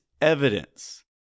evidence